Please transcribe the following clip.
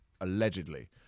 Allegedly